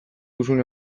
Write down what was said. duzun